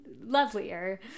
lovelier